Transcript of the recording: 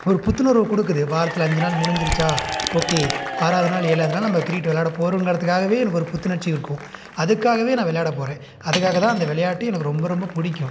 ஒரு புத்துணர்வை கொடுக்குது வாரத்தில் அஞ்சு நாள் முடிஞ்சுருச்சா ஓகே ஆறாவது நாள் ஏழாவது நாள் நம்ப கிரிக்கெட் விளாட போகிறோங்கறத்துக்காகவே எனக்கு ஒரு புத்துணர்ச்சி இருக்கும் அதுக்காகவே நான் விளையாட போகிறேன் அதுக்காகதான் அந்த விளையாட்டு எனக்கு ரொம்ப ரொம்ப பிடிக்கும்